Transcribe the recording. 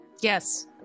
yes